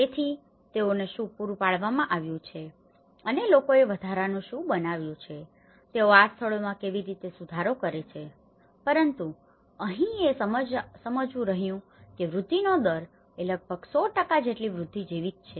તેથી તેઓને શું પૂરું પાડવામાં આવ્યું છે અને લોકોએ વધારાનું શું બનાવ્યું છે તેઓ આ સ્થળોમાં કેવી રીતે સુધારો કરે છે પરંતુ અહીં એ સમજવું રહ્યું કે વૃદ્ધિનો દર એ લગભગ 100 ટકા જેટલી વૃદ્ધિ જેવી છે